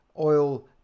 oil